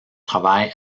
travail